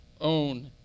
own